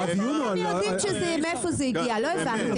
מאיפה אתם יודעים מאיפה זה הגיע לא הבנתי?